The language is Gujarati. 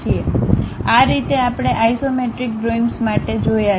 આ રીતે આપણે આઇસોમેટ્રિક ડ્રોઇંગ્સ માટે જોયા છે